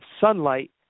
sunlight